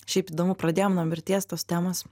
šiaip įdomu pradėjom nuo mirties tos temos